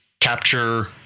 capture